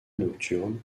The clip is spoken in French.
nocturne